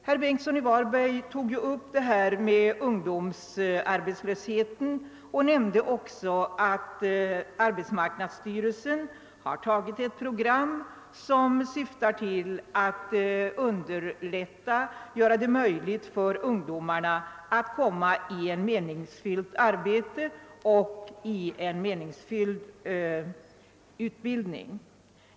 Herr Bengtsson i Varberg tog upp frågan om arbetslösheten och nämnde också att arbetsmarknadsstyrelsen har antagit ett program, som syftar till att göra det möjligt för ungdomarna att få ett meningsfyllt arbete och en meningsfylld utbildning.